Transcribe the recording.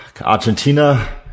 Argentina